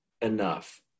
enough